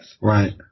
right